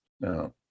No